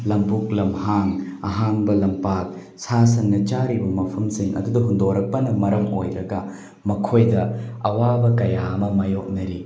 ꯂꯕꯨꯛ ꯂꯝꯍꯥꯡ ꯑꯍꯥꯡꯕ ꯂꯝꯄꯥꯛ ꯁꯥ ꯁꯟꯅ ꯆꯥꯔꯤꯕ ꯃꯐꯝꯁꯤꯡ ꯑꯗꯨꯗ ꯍꯨꯟꯗꯣꯔꯛꯄꯅ ꯃꯔꯝ ꯑꯣꯏꯔꯒ ꯃꯈꯣꯏꯗ ꯑꯋꯥꯕ ꯀꯌꯥ ꯑꯃ ꯃꯥꯏꯌꯣꯛꯅꯔꯤ